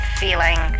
feeling